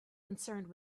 concerned